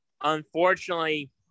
unfortunately